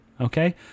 okay